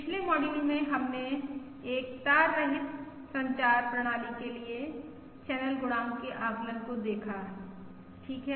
पिछले मॉड्यूल में हमने एक तार रहित संचार प्रणाली के लिए चैनल गुणांक के आकलन को देखा ठीक है